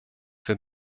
wir